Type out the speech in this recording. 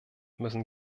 müssen